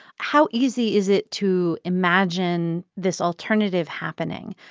how easy is it to imagine this alternative happening?